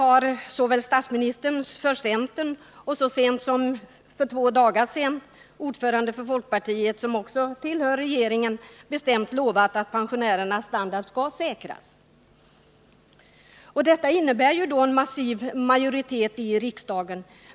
Sedan har statsministern för centerns del och så sent som för två dagar sedan ordföranden i folkpartiet, som också tillhör regeringen, bestämt lovat att pensionärernas standard skall säkras. Detta innebär då en massiv majoritet i riksdagen.